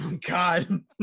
God